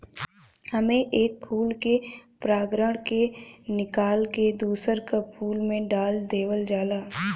एमे एक फूल के परागण के निकाल के दूसर का फूल में डाल देवल जाला